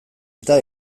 eta